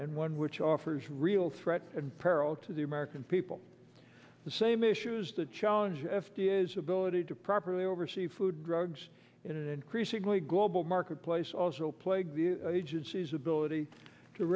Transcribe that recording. and one which offers real threat and peril to the american people the same issues that challenge f d a is ability to properly oversee food drugs in an increasingly global marketplace also plagued the agency's ability to